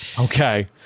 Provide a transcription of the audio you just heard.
Okay